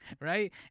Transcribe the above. right